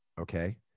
Okay